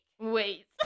Wait